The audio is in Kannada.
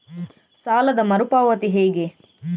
ಸಾಲದ ಮರು ಪಾವತಿ ಹೇಗೆ?